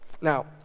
Now